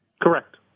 Correct